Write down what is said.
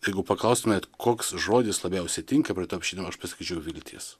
jeigu paklaustumėt koks žodis labiausiai tinka prie to apšvietimo aš pasakyčiau viltis